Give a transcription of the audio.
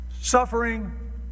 suffering